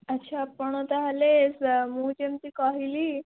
ଆଚ୍ଛା ଆପଣ ତା' ହେଲେ ମୁଁ ଯେମିତି କହିଲି